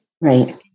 Right